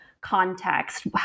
context